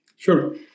Sure